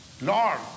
Lord